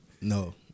No